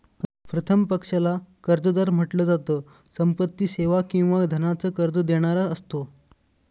प्रथम पक्षाला कर्जदार म्हंटल जात, संपत्ती, सेवा किंवा धनाच कर्ज देणारा असतो